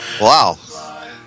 Wow